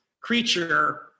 creature